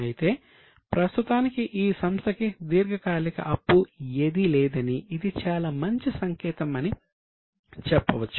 అయితే ప్రస్తుతానికి ఈ సంస్థకి దీర్ఘకాలిక అప్పు ఏదీ లేదని ఇది చాలా మంచి సంకేతం అని చెప్పవచ్చు